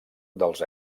dels